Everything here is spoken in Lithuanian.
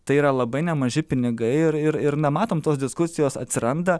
tai yra labai nemaži pinigai ir ir ir na matom tos diskusijos atsiranda